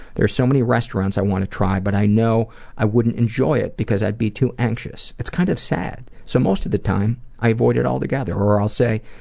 there are so many restaurants i want to try but i know i wouldn't enjoy it because i'd be too anxious. it's kind of sad, so most of the time i avoid it altogether or i'll say,